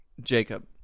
Jacob